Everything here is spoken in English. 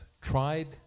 tried